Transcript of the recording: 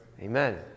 Amen